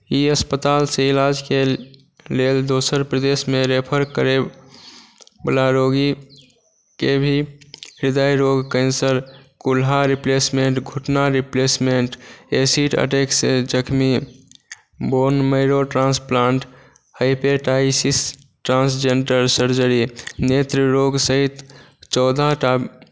ई अस्पताल से इलाजकेँ लेल दोसर प्रदेशमे रेफर करै वाला रोगीकेँ भी ह्रदय रोग कैंसर कुल्हा रिप्लेसमेंट घुटना रिप्लेसमेंट एसिड अटैक सँ जख्मी bone marrow transplant hepatitis transgender surgery नेत्र रोग सहित चौदह टा